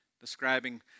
Describing